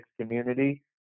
community